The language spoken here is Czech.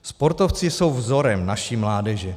Sportovci jsou vzorem naší mládeže.